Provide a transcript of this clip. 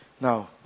now